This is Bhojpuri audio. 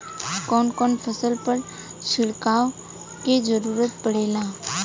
कवन कवन फसल पर छिड़काव के जरूरत पड़ेला?